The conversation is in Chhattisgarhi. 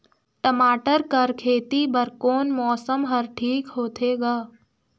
टमाटर कर खेती बर कोन मौसम हर ठीक होथे ग?